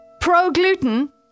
Pro-gluten